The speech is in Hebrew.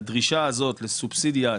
הדרישה הזאת לסובסידיה,